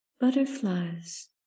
butterflies